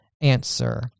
answer